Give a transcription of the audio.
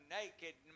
naked